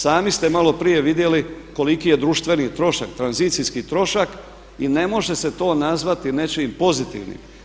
Sami ste malo prije vidjeli koliki je društveni trošak, tranzicijski trošak i ne može se to nazvati nečiji pozitivni.